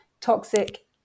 toxic